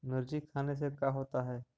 मिर्ची खाने से का होता है?